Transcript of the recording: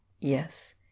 Yes